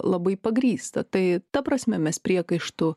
labai pagrįsta tai ta prasme mes priekaištų